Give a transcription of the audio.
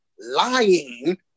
lying